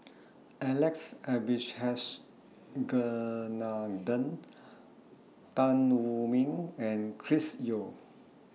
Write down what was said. Alex Abisheganaden Tan Wu Meng and Chris Yeo